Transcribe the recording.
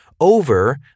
over